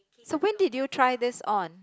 so when did you try this on